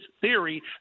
theory